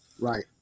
Right